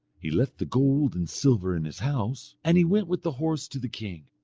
he left the gold and silver in his house, and he went with the horse to the king.